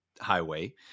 highway